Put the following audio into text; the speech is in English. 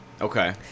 Okay